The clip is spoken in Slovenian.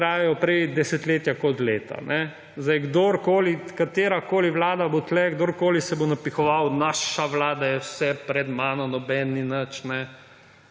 trajajo prej desetletja kot leta. Kdorkoli, katerakoli vlada bo tu, kdorkoli se bo napihoval, naša vlada je vse, pred mano nobeden ni